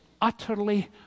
utterly